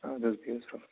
اَدٕ حظ بِہِو سلام